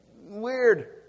Weird